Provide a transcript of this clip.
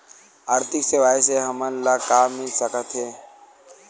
आर्थिक सेवाएं से हमन ला का मिल सकत हे?